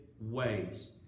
ways